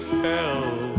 hell